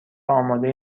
اماده